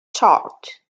chart